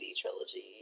trilogy